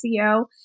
SEO